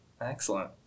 Excellent